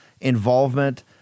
involvement